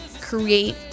create